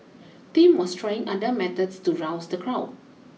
Tim was trying other methods to rouse the crowd